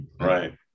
right